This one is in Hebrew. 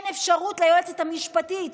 ליועצת המשפטית